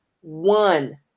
one